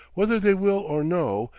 whether they will or no,